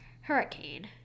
hurricane